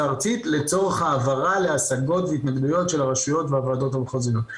הארצית לצורך העברה להשגות והתנגדויות של הרשויות והועדות המחוזיות.